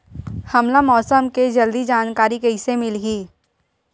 हमला मौसम के जल्दी जानकारी कइसे मिलही?